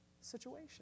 situation